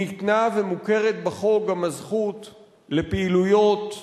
ניתנה ומוכרת בחוק גם הזכות לפעילויות פנאי,